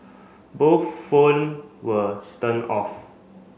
both phone were turn off